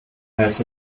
has